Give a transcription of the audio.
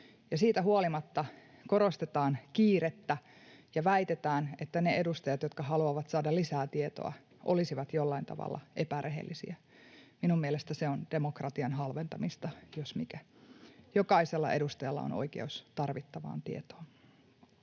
siitä huolimatta korostetaan kiirettä ja väitetään, että ne edustajat, jotka haluavat saada lisää tietoa, olisivat jollain tavalla epärehellisiä. Minun mielestäni se on demokratian halventamista jos mikä. [Pia Lohikoski: Juuri näin!] Jokaisella edustajalla on oikeus tarvittavaan tietoon.